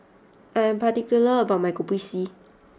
I am particular about my Kopi C